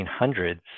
1800s